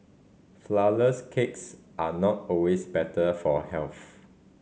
flourless cakes are not always better for health